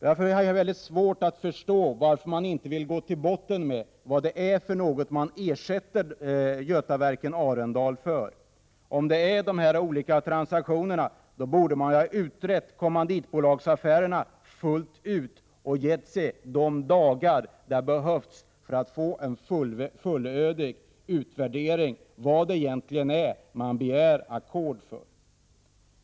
Därför har jag mycket svårt att förstå varför man inte vill gå till botten med vad det är vi ersätter Götaverken Arendal för. Om det är dessa olika transaktioner borde man ha utrett kommanditbolagsaffärerna fullt ut och gett SIND de dagar som behövts för att få fullödig utvärdering av vad det är man begär ackord för.